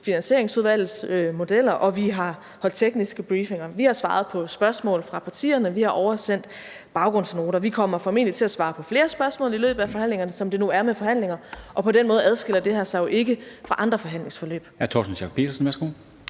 Finansieringsudvalgets modeller, og vi har holdt tekniske briefinger. Vi har svaret på spørgsmål fra partierne. Vi har oversendt baggrundsnoter. Vi kommer formentlig til at svare på flere spørgsmål i løbet af forhandlingerne, sådan som det nu er med forhandlinger, og på den måde adskiller det her sig jo ikke fra andre forhandlingsforløb.